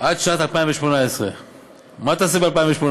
עד שנת 2018. מה תעשה ב-2018?